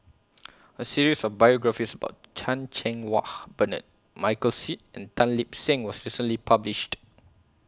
A series of biographies about Chan Cheng Wah Bernard Michael Seet and Tan Lip Seng was recently published